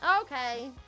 Okay